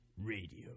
Radio